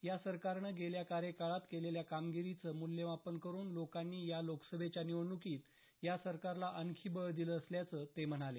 या सरकारनं गेल्या कार्यकाळात केलेल्या कामगिरीचं मूल्यमापण करून लोकांनी या लोकसभेच्या निवडणुकीत या सरकारला आणखी बळ दिलं असल्याचं ते म्हणाले